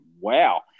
wow